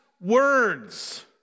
words